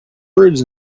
words